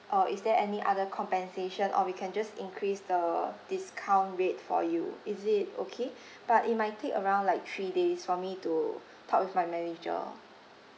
uh is there any other compensation or we can just increase the discount rate for you is it okay but it might take around like three days for me to talk with my manager